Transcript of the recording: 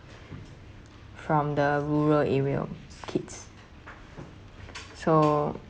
from the rural area kids so